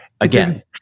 again